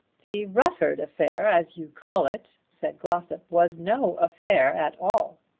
the rufford affair as you call it, said glossop, was no affair at all.